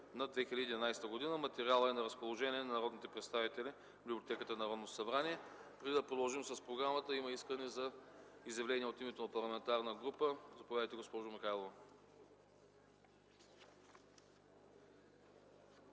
на 2011 г. Материалът е на разположение на народните представители в Библиотеката на Народното събрание. Преди да продължим с програмата, има искане за изявление от името на парламентарна група. Заповядайте, госпожо Михайлова.